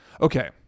Okay